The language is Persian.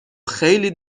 خیلی